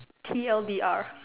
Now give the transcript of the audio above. T L D R